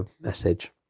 message